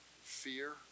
fear